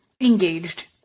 engaged